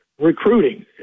Recruiting